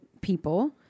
people